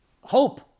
hope